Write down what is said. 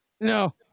no